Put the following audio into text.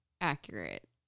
accurate